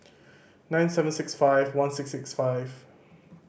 nine seven six five one six six five